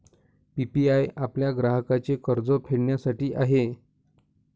PPI आपल्या ग्राहकांचे कर्ज फेडण्यासाठी आहे